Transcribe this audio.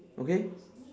okay